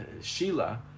Sheila